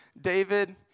David